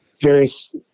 various